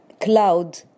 cloud